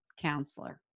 counselor